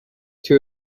two